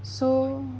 so